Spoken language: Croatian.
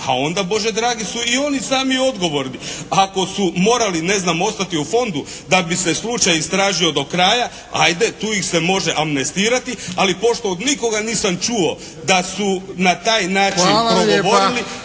a onda Bože dragi su i oni sami odgovorni. Ako su morali ostati ne znam u fondu, da bi se slučaj istražio do kraja, ajde tu ih se može amnestirati, ali pošto od nikoga nisam čuo da su na taj način progovorili